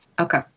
Okay